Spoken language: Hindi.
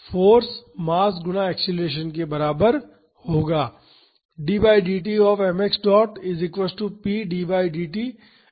तो फाॅर्स मास गुणा एक्सेलरेशन के बराबर होगा